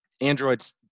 Android's